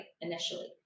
Initially